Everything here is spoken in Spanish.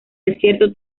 desierto